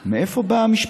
מאיפה זה בא?